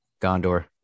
Gondor